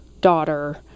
daughter